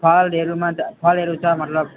फलहरूमा फलहरू छ मतलब